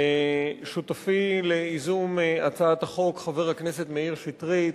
שותפי לייזום הצעת החוק חבר הכנסת מאיר שטרית,